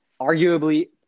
arguably